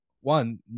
one